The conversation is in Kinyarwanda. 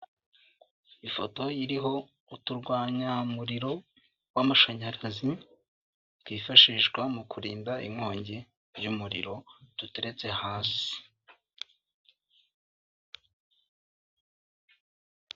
Ifoto iriho uturwanyamuriro w'amashanyarazi twifashishwa mu kurinda inkongi y'umuriro duteretse hasi.